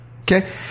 Okay